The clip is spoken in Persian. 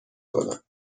کنم